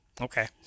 Okay